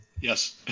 Yes